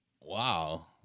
Wow